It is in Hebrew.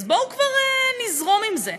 אז בואו כבר נזרום עם זה.